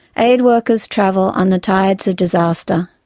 aid workers travel on the tides of disaster.